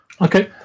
Okay